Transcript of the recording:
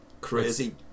crazy